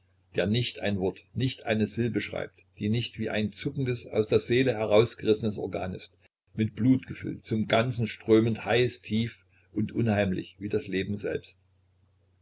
der nicht ein wort nicht eine silbe schreibt die nicht wie ein zuckendes aus der seele herausgerissenes organ ist mit blut gefüllt zum ganzen strömend heiß tief und unheimlich wie das leben selbst